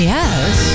Yes